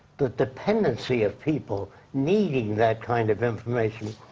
the dependency of people, needing that kind of information.